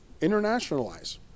internationalize